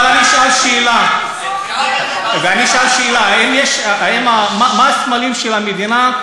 אבל אני אשאל שאלה: מה הסמלים של המדינה?